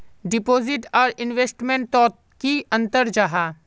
Deposit आर investment तोत की अंतर जाहा?